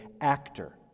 actor